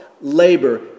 labor